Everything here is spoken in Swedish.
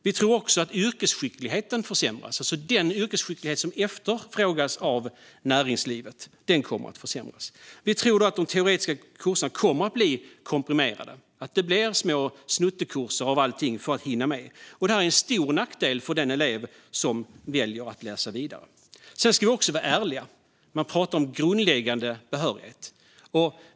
Vi tror att den yrkesskicklighet som efterfrågas av näringslivet kommer att försämras. Vi tror också att de teoretiska kurserna kommer att bli komprimerade och att det blir små snuttekurser av allting för att man ska hinna med. Detta innebär en stor nackdel för den elev som väljer att läsa vidare. Sedan ska vi vara ärliga. Man pratar om grundläggande behörighet.